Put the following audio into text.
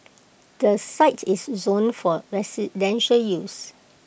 the site is zoned for residential use